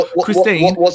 Christine